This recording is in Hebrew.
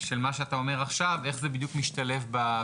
של מה שאתה אומר עכשיו, ואת איך זה משתלב במהות.